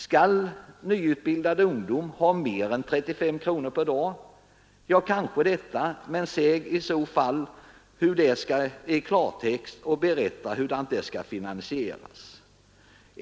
Skall nyutbildad ungdom få mer än 35 kronor per dag? Ja, kanske det, men säg det i så fall i klartext och berätta hur det skall finansieras!